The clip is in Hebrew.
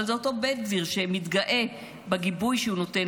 אבל זה אותו בן גביר שמתגאה בגיבוי שהוא נותן